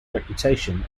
reputation